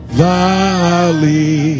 valley